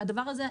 והדבר הזה,